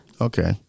okay